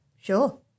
Sure